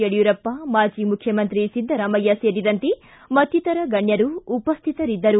ಯಡ್ಬೂರಪ್ಪ ಮಾಜಿ ಮುಖ್ಚಮಂತ್ರಿ ಸಿದ್ದರಾಮಯ್ಯ ಸೆರಿದಂತೆ ಮತ್ತಿತರ ಗಣ್ಣರು ಉಪಶ್ವಿತರಿದ್ದರು